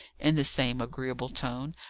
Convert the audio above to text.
in the same agreeable tone,